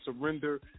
surrender